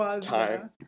time